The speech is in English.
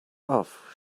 off